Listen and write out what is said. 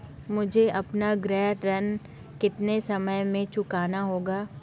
मुझे अपना गृह ऋण कितने समय में चुकाना होगा?